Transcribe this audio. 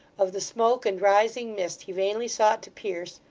of the smoke and rising mist he vainly sought to pierce,